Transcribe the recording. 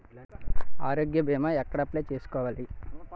ఆరోగ్య భీమా ఎక్కడ అప్లయ్ చేసుకోవాలి?